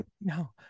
no